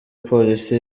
polisi